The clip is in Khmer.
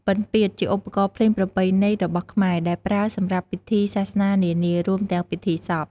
ពិណពាទ្យជាឧបករណ៍ភ្លេងប្រពៃណីរបស់ខ្មែរ ដែលប្រើសម្រាប់ពិធីសាសនានានា រួមទាំងពិធីសព។